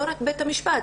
ולא רק בית המשפט.